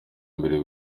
mbere